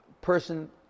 person